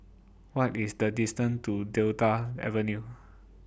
What IS The distance to Delta Avenue